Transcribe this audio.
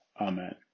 Amen